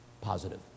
Positive